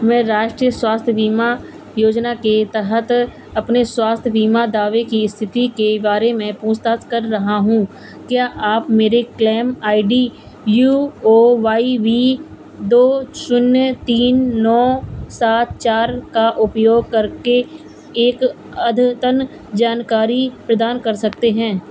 मैं राष्टीय स्वास्थ्य बीमा योजना की तहत अपने स्वास्थ्य बीमा दावे की स्थिति के बारे में पूछताछ कर रहा हूँ क्या आप मेरे claim I D U O Y V दो शून्य तीन नौ सात चार का उपयोग करके एक अद्यतन जानकारी प्रदान कर सकते हैं